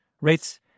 Rates